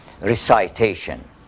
recitation